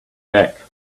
back